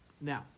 Now